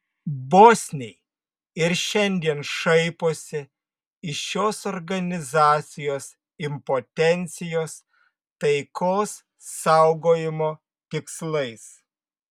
bosniai ir šiandien šaiposi iš šios organizacijos impotencijos taikos saugojimo tikslais